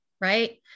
right